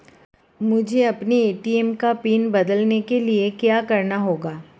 मुझे अपने ए.टी.एम का पिन बदलने के लिए क्या करना होगा?